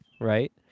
right